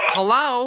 Hello